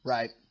Right